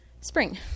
spring